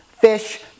fish